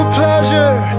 pleasure